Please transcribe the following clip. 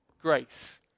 Grace